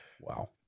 Wow